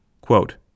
Quote